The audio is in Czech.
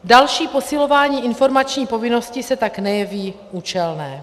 Další posilování informační povinnosti se tak nejeví účelné.